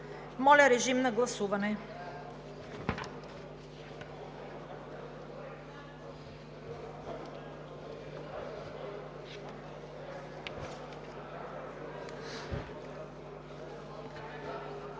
Моля, режим на гласуване.